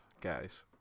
guys